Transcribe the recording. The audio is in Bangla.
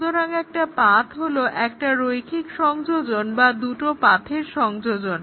সুতরাং একটা পাথ হলো একটা রৈখিক সংযোজন বা দুটো পাথের সংযোজন